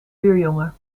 buurjongen